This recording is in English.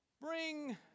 bring